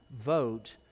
vote